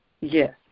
Yes